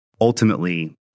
ultimately